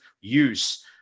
use